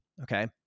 Okay